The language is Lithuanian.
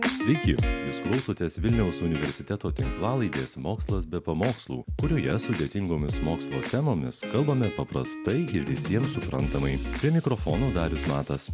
sveiki jūs klausotės vilniaus universiteto tinklalaidės mokslas be pamokslų kurioje sudėtingomis mokslo temomis kalbame paprastai ir visiem suprantamai prie mikrofono darius matas